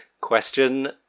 Question